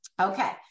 Okay